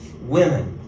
Women